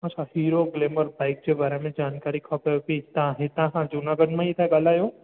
अच्छा Hero Glamour bike जे बारे में जानकारी खपेव थी तव्हां हितां खां जूनागढ़ मां ई था ॻाल्हायो